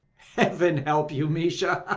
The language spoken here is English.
heaven help you, misha,